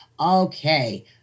Okay